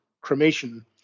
cremation